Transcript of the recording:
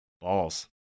Balls